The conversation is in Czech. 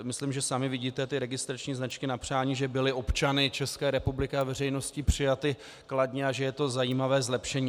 Myslím, že sami vidíte, že registrační značky na přání byly občany České republiky a veřejností přijaty kladně a že je to zajímavé zlepšení.